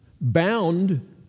bound